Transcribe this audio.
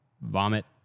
Vomit